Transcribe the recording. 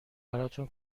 براتون